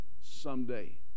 someday